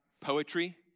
poetry